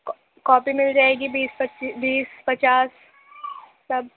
کا کاپی مل جائے گی بیس پجیس بیس پچاس سب